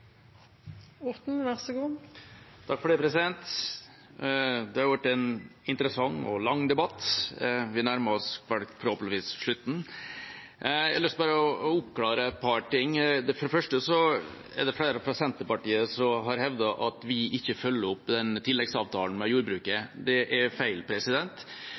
Det ble en interessant og lang debatt, vi nærmer oss forhåpentligvis slutten. Jeg har lyst til bare å oppklare et par ting. For det første er det flere fra Senterpartiet som har hevdet at vi ikke følger opp tilleggsavtalen med jordbruket. Det er feil.